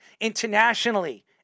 internationally